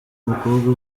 umukobwa